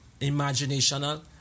imaginational